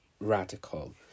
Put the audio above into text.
radical